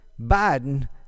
Biden